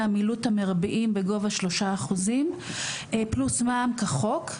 המילוט המרביים בגובה שלושה אחוזים פלוס מע''מ כחוק.